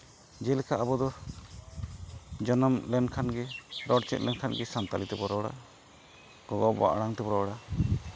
ᱡᱮᱞᱮᱠᱟ ᱟᱵᱚ ᱫᱚ ᱡᱟᱱᱟᱢ ᱞᱮᱱᱠᱷᱟᱱ ᱜᱮ ᱨᱚᱲ ᱪᱮᱫ ᱞᱮᱱᱠᱷᱟᱱᱜᱮ ᱥᱟᱱᱛᱟᱲᱤ ᱛᱮᱵᱚᱱ ᱨᱚᱲᱟ ᱜᱚᱜᱚᱼᱵᱟᱵᱟᱣᱟᱜ ᱟᱲᱟᱝ ᱛᱮᱵᱚᱱ ᱨᱚᱲᱟ